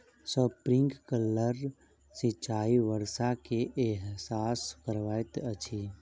sprinkler सिचाई वर्षा के एहसास करबैत अछि